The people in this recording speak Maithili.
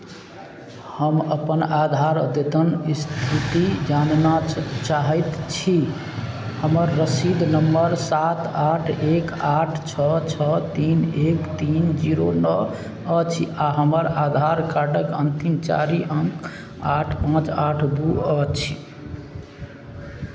हम अपन आधार अद्यतन स्थिति जानना च चाहैत छी हमर रसीद नम्बर सात आठ एक आठ छओ छओ तीन एक तीन जीरो नओ अछि आ हमर आधार कार्डक अन्तिम चारि अंक आठ पाँच आठ दू अछि